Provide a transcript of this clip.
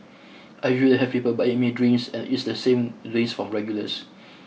I usually have people buying me drinks and it's the same drinks from regulars